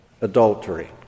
adultery